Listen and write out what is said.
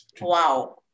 Wow